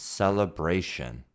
celebration